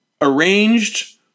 arranged